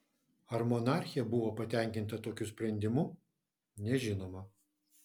ar monarchė buvo patenkinta tokiu sprendimu nežinoma